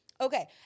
Okay